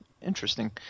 Interesting